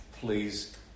Please